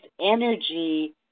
energy